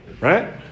Right